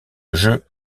jeu